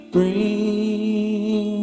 Bring